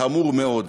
חמור מאוד.